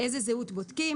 איזו זהות בודקים?